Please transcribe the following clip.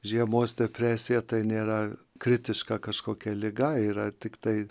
žiemos depresija tai nėra kritiška kažkokia liga yra tiktai